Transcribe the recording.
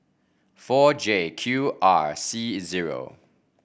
four J Q R C zero